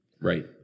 Right